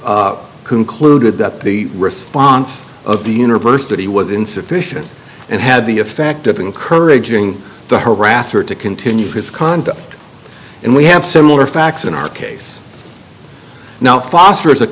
concluded that the response of the universe that he was insufficient and had the effect of encouraging the harasser to continue his conduct and we have similar facts in our case now foster is a